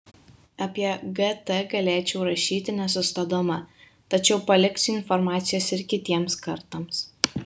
apie gt galėčiau rašyti nesustodama tačiau paliksiu informacijos ir kitiems kartams